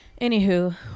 anywho